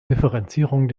differenzierung